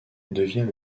devient